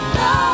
no